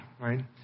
right